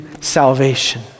salvation